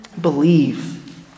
Believe